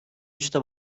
üçte